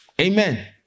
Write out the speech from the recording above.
Amen